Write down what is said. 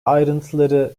ayrıntıları